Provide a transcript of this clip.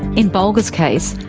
in bulga's case,